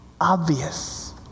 Obvious